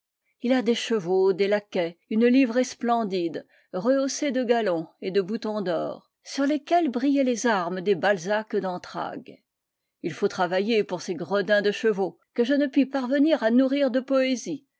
il a des chevaux des laquais une livrée splendide rehaussée de galons et de boutons d'or sur lesquels brillaient les armes des balzac d'entrailles il faut travailler pour ces gredins de chevaux que je ne puis parvenir à nourrir de poésie